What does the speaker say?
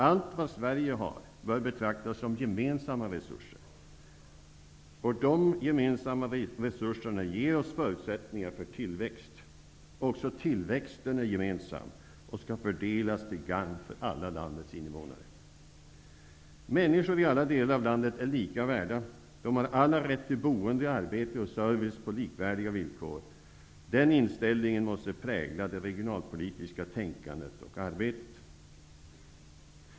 Allt vad Sverige har bör betraktas som gemensamma resurser. De gemensamma resurserna ger oss förutsättningar för tillväxt. Också tillväxten är gemensam och skall fördelas till gagn för alla landets innevånare. Människor i alla delar av landet är lika värda. De har alla rätt till boende, arbete och service på likvärdiga villkor. Den inställningen måste prägla det regionalpolitiska tänkandet och arbetet.